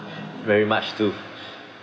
very much too